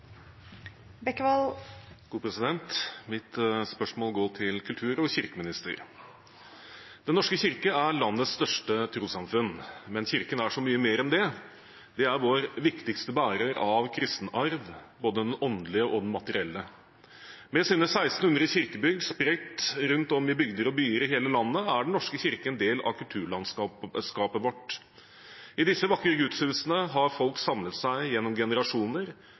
Mitt spørsmål går til kultur- og kirkeministeren. Den norske kirke er landets største trossamfunn, men Kirken er så mye mer enn det. Den er vår viktigste bærer av kristenarven, både den åndelige og den materielle. Med sine 1 600 kirkebygg – spredt rundt om i bygder og byer i hele landet – er Den norske kirke en del av kulturlandskapet vårt. I disse vakre gudshusene har folk samlet seg gjennom generasjoner